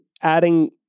Adding